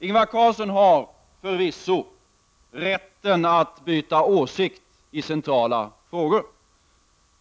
Ingvar Carlsson har förvisso rätten att byta åsikt i centrala frågor.